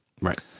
Right